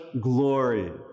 glory